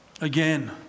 Again